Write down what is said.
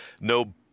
no